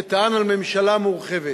שטען על ממשלה מורחבת.